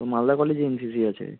তো মালদা কলেজে এনসিসি আছে